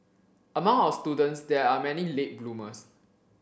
among our students there are many late bloomers